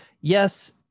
yes